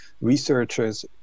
researchers